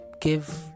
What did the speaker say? give